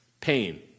Pain